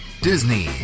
disney